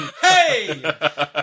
Hey